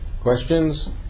questions